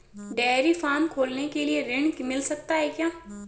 Dairy farm खोलने के लिए ऋण मिल सकता है?